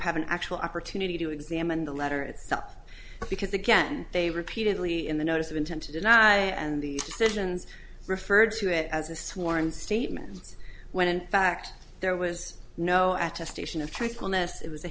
have an actual opportunity to examine the letter itself because again they repeatedly in the notice of intent to deny and these decisions refer to it as a sworn statement when in fact there was no at